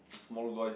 small boy